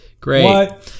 Great